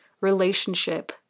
relationship